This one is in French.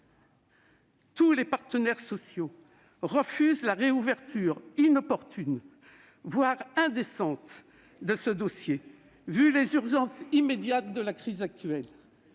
tous les partenaires sociaux refusent la réouverture inopportune, voire indécente, de ce dossier au vu des urgences immédiates de la crise actuelle